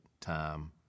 time